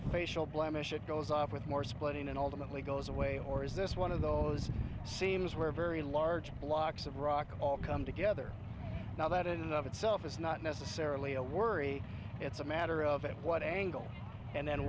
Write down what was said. facial blemish it goes off with more splitting and ultimately goes away or is this one of those seams where very large blocks of rock all come together now that it of itself is not necessarily a worry it's a matter of at what angle and